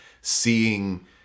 seeing